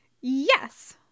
Yes